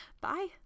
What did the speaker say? Bye